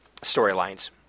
storylines